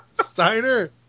Steiner